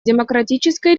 демократической